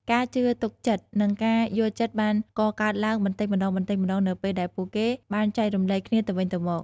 ការជឿទុកចិត្តនិងការយល់ចិត្តបានកកើតឡើងបន្តិចម្តងៗនៅពេលដែលពួកគេបានចែករំលែកគ្នាទៅវិញទៅមក។